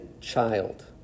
child